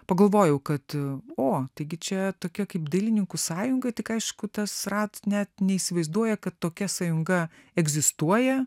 pagalvojau kad o taigi čia tokia kaip dailininkų sąjungoj tik aišku tas rat net neįsivaizduoja kad tokia sąjunga egzistuoja